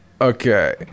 Okay